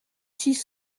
six